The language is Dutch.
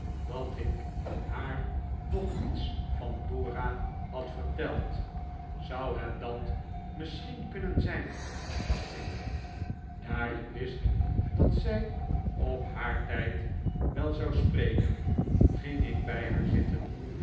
dat ik haar nog hiets van dora had verteld zou het dat misschien kunnen zijn dacht ik daar ik wist dat zij op haar tijd wel zou spreken ging ik bij haar zitten